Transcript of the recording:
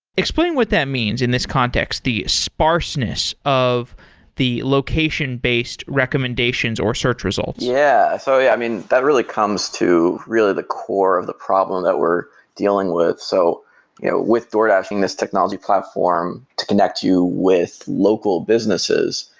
explain what that means in this context, the sparseness of the location-based recommendations or search results yeah. so yeah i mean, that really comes to really the core of the problem that we're dealing with. so yeah with doordashing this technology platform to connect you with local businesses,